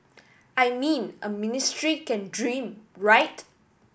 I mean a ministry can dream right